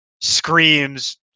screams